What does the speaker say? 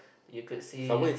you could see